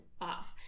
off